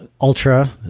ultra